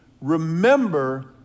Remember